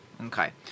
Okay